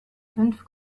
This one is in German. fünf